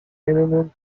minimum